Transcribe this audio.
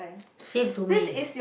send to me